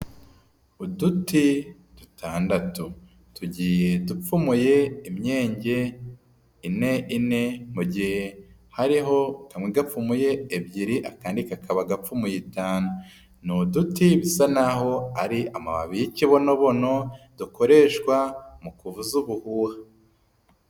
Uduti dutandatu. Tugiye dupfumuye imyenge ine ine, mu gihe hariho kamwe gapfumuye ebyiri akandi kakaba gapfumuye itanu. Ni uduti bisa naho ari amababi y'ikibunobono, dukoreshwa mu kuvuza ubuhuha.